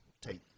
take